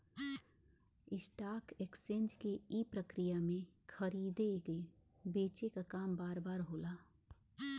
stock exchange के ई प्रक्रिया में खरीदे बेचे क काम बार बार होला